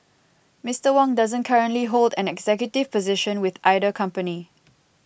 Mister Wang doesn't currently hold an executive position with either company